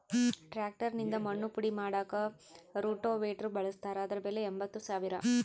tractor ನಿಂದ ಮಣ್ಣು ಪುಡಿ ಮಾಡಾಕ ರೋಟೋವೇಟ್ರು ಬಳಸ್ತಾರ ಅದರ ಬೆಲೆ ಎಂಬತ್ತು ಸಾವಿರ